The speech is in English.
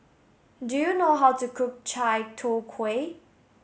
do you know how to cook Chai Tow Kway